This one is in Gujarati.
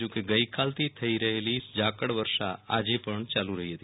જો કે ગઈકાલ થી થઈ રહેલી ઝાકળવર્ષા આજે પણ યાલુ રહી હતી